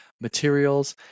materials